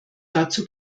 dazu